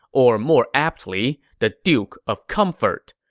or more aptly, the duke of comfort.